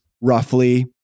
roughly